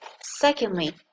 Secondly